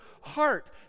heart